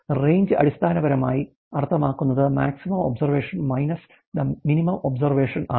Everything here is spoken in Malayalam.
Range അടിസ്ഥാനപരമായി അർത്ഥമാക്കുന്നത് maximum observation minus the minimum observations ആണ്